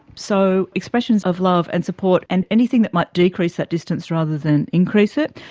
so expressions of love and support and anything that might decrease that distance rather than increase it.